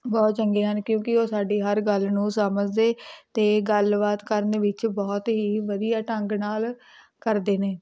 ਬਹੁਤ ਚੰਗੇ ਹਨ ਕਿਉਂਕਿ ਉਹ ਸਾਡੀ ਹਰ ਗੱਲ ਨੂੰ ਸਮਝਦੇ ਅਤੇ ਗੱਲਬਾਤ ਕਰਨ ਵਿੱਚ ਬਹੁਤ ਹੀ ਵਧੀਆ ਢੰਗ ਨਾਲ ਕਰਦੇ ਨੇ